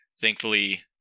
Thankfully